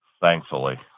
thankfully